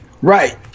Right